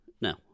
No